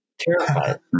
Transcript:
Terrified